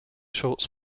schultz